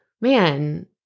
man